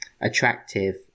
attractive